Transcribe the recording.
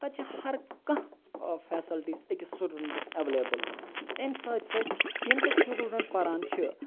تَتہِ چھِ ہَر کانٛہہ فیسَلٹی أکِس سٹوڈَنٹٕس ایویلیبٕل امہِ سۭتۍ سۭتۍ یِم تَتہِ سٹوڈنٹ پَران چھِ